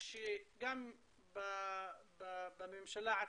גם בממשלה עצמה,